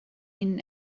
ihnen